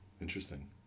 Interesting